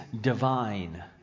divine